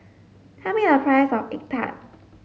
tell me the price of egg tart